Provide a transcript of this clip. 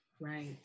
Right